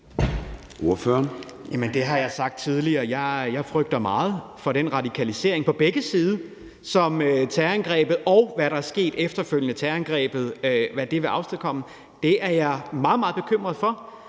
det har jeg sagt tidligere. Jeg frygter meget for den radikalisering på begge sider, som terrorangrebet og det, som er sket efter terrorangrebet, vil afstedkomme. Det er jeg meget, meget bekymret for.